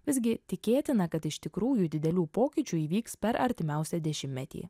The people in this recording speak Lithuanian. visgi tikėtina kad iš tikrųjų didelių pokyčių įvyks per artimiausią dešimtmetį